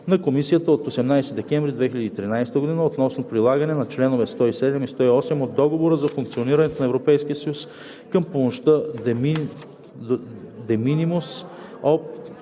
на Комисията от 18 декември 2013 г. относно прилагането на членове 107 и 108 от Договора за функционирането на Европейския съюз към помощта de minimis